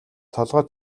толгой